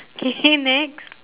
okay next